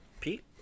Pete